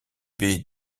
baies